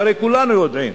והרי כולנו יודעים,